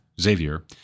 Xavier